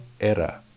era